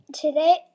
Today